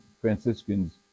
Franciscans